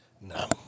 No